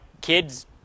kids